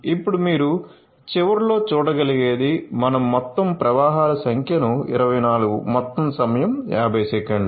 ఇప్పుడు మీరు చివరలో చూడగలిగేది మనం మొత్తం ప్రవాహాల సంఖ్యను 24 మొత్తం సమయం 50 సెకన్లు